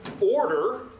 order